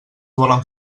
volen